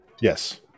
Yes